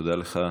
תודה לך.